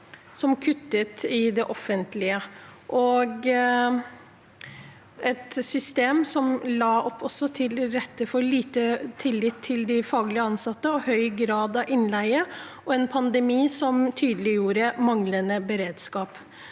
som kuttet i det offentlige. Det var et system som la til rette for lite tillit til de faglig ansatte og høy grad av innleie, og en pandemi som tydeliggjorde manglende beredskap.